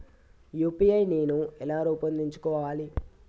UPI నేను ఎలా రూపొందించుకోవాలి?